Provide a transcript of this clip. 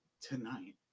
tonight